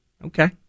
Okay